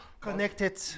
Connected